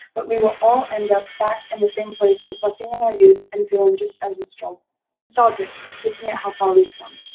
but we will all end up back in the same place reflecting on our youth and feeling just as ah nostalgic looking at how far we've come.